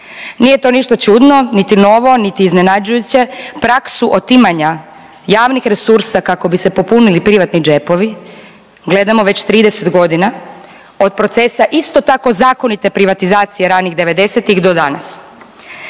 Nije to ništa čudno niti novo niti iznenađujuće, praksu otimanja javnih resursa kako bi se popunili privatni džepovi gledamo već 30 godina od procesa, isto tako zakonite privatizacije ranih 90-ih do danas,